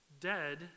dead